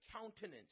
countenance